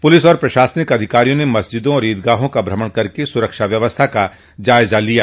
police और प्रशासनिक अधिकारियों ने मस्जिदों एवं ईदगाहों का भ्रमण कर सुरक्षा व्यवस्था का जायजा लिया